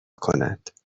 کند